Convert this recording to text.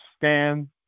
stand